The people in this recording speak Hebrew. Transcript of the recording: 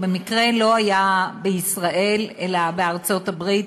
ובמקרה זה לא היה בישראל אלא בארצות-הברית.